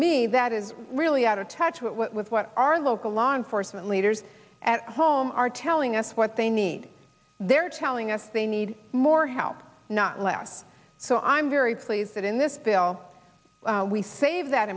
me that is really out of touch with with what our local law enforcement leaders at home are telling us what they need they're telling us they need more help not less so i'm very pleased that in this bill we save that